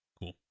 cool